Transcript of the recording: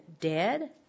dead